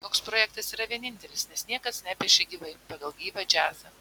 toks projektas yra vienintelis nes niekas nepiešia gyvai pagal gyvą džiazą